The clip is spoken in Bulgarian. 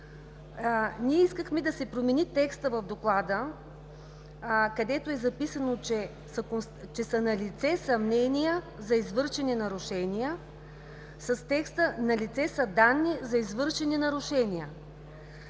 Ние искахме да се промени текстът в Доклада, където е записано, че са „налице съмнения за извършени нарушения“ с текста „налице са данни за извършени нарушения“.